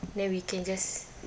then we can just